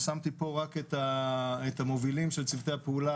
ושמתי פה רק את המובילים של צוותי הפעולה